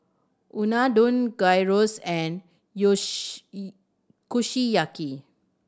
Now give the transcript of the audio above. Unadon Gyros and Kushiyaki